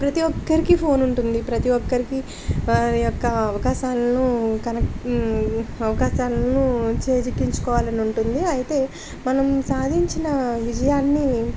ప్రతి ఒక్కరికి ఫోన్ ఉంటుంది ప్రతి ఒక్కరికి వారి యొక్క అవకాశాలను కనెక్ట్ అవకాశాలను చేజిక్కించుకోవాలని ఉంటుంది అయితే మనం సాధించిన విజయాన్ని